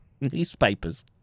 newspapers